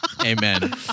Amen